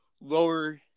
lower